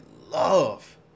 love